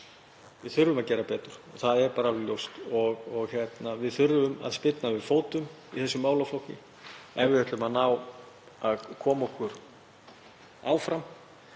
Við þurfum að gera betur, það er alveg ljóst. Við þurfum að spyrna við fótum í þessum málaflokki ef við ætlum að ná að koma okkur áfram.